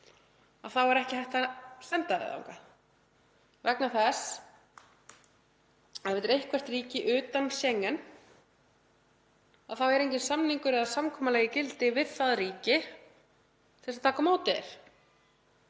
þá er ekki hægt að senda þig þangað vegna þess að ef þetta er eitthvert ríki utan Schengen þá er enginn samningur eða samkomulag í gildi við það ríki til að taka á móti þér.